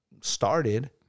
started